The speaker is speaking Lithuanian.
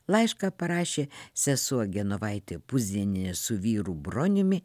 laišką parašė sesuo genovaitė puzienė su vyru broniumi